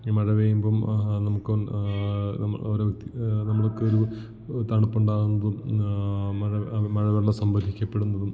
ഇനി മഴ പെയ്യുമ്പം നമുക്ക് ഒന്ന് ഓരോ നമ്മൾക്കൊരു തണുപ്പുണ്ടാകുന്നതും മഴ മഴവെള്ളം സംഭരിക്കപ്പെടുന്നതും